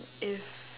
if